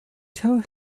tell